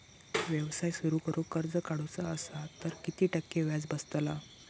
व्यवसाय सुरु करूक कर्ज काढूचा असा तर किती टक्के व्याज बसतला?